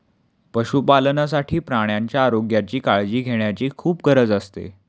पशुपालनासाठी प्राण्यांच्या आरोग्याची काळजी घेण्याची खूप गरज असते